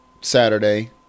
Saturday